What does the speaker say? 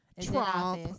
Trump